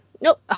Nope